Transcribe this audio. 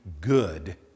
good